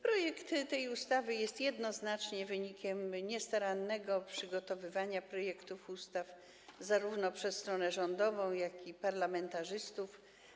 Projekt tej ustawy jest jednoznacznie wynikiem niestarannego przygotowywania projektów ustaw zarówno przez stronę rządową, jak i przez parlamentarzystów.